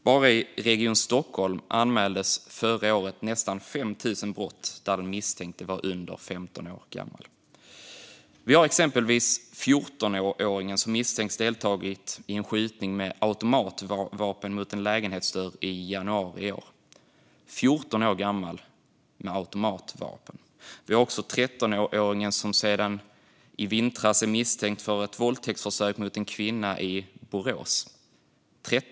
Bara i Region Stockholm anmäldes förra året nästan 5 000 brott där den misstänkte var under 15 år gammal. Vi har exempelvis 14-åringen som misstänks ha deltagit i en skjutning med automatvapen mot en lägenhetsdörr i januari i år. Vi har också 13-åringen som sedan i vintras är misstänkt för ett våldtäktsförsök mot en kvinna i Borås.